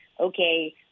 okay